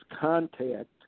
contact